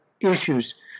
issues